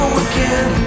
again